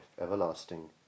everlasting